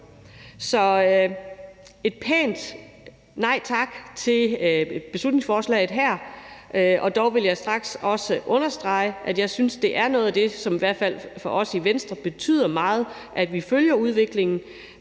er et pænt nej tak til beslutningsforslaget her. Dog vil jeg straks også understrege, at jeg synes, det er noget af det, som betyder meget, i hvert fald for os i Venstre, altså at vi følger udviklingen,